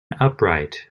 upright